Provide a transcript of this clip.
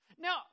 Now